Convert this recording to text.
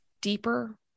deeper